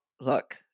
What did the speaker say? look